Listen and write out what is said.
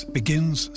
begins